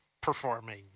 performing